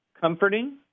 comforting